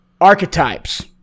archetypes